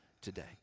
today